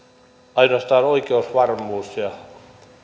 ainoastaan oikeusvarmuus ja